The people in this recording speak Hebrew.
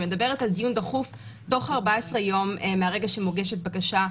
שמדברת על דיון דחוף תוך 14 יום מהרגע שמוגשת בקשה,